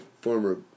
former